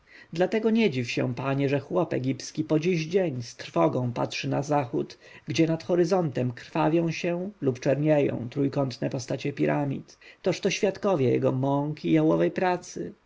dlatego nie dziw się panie że chłop egipski po dziś dzień z trwogą patrzy na zachód gdzie nad horyzontem krwawią się lub czernieją trójkątne postacie piramid toż to świadkowie jego mąk i jałowej pracy